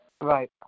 Right